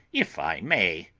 if i may.